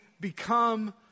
become